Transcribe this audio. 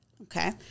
Okay